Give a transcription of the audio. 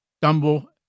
stumble